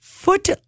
Foot